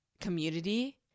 community